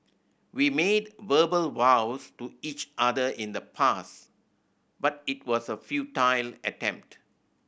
we made verbal vows to each other in the past but it was a futile attempt